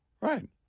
right